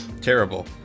Terrible